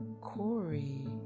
Corey